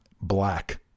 black